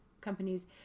companies